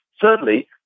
Thirdly